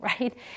right